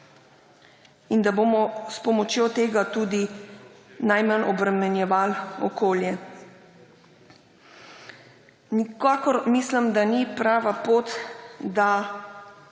in da bomo s pomočjo tega tudi najmanj obremenjevali okolje. Mislim, da nikakor ni prava pot, da